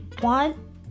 One